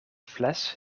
fles